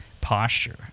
posture